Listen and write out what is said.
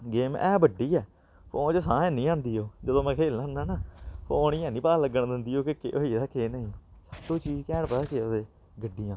game ऐ बड्डी ऐ फोन च साह् हैनी आंदी ओह् जदूं में खेलना होन्ना ना फोन गी हैनी पता लग्गन दिंदी ओह् के केह् होई गेदा केह् नेईं सब तू चीज़ कैंट पता केह् ओह्दे गड्डियां